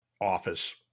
office